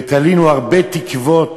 ותלינו הרבה תקוות,